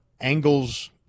angles